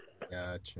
Gotcha